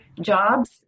jobs